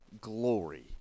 glory